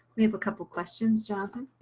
we have a couple questions, jonathan.